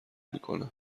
میکنن